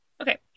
Okay